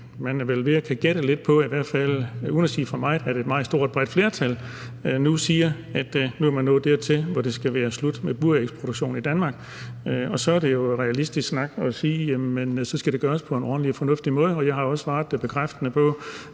at kunne gætte lidt på det – at et meget stort, bredt flertal nu siger, at man er nået dertil, hvor det skal være slut med burægsproduktion i Danmark, og så er det jo realistisk snak at sige, at så skal det gøres på en ordentlig og fornuftig måde. Jeg har også svaret bekræftende på,